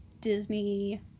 Disney